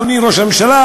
אדוני ראש הממשלה,